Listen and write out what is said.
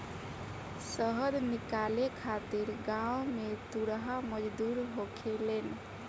शहद निकाले खातिर गांव में तुरहा मजदूर होखेलेन